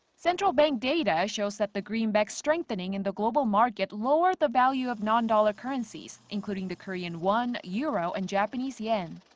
central bank data shows that the greenback strengthening in the global market lowered the value of non-dollar currencies, including the korean won, euro and japanese yen.